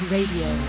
Radio